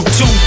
two